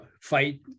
fight